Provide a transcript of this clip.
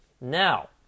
Now